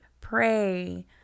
Pray